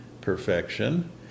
perfection